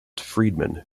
friedman